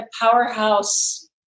powerhouse